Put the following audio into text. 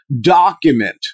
document